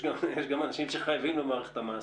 יש גם אנשים שחייבים למערכת המס,